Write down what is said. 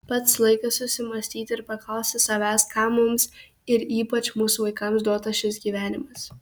pats laikas susimąstyti ir paklausti savęs kam mums ir ypač mūsų vaikams duotas šis gyvenimas